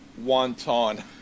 Wonton